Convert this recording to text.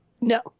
No